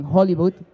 Hollywood